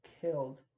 killed